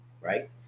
right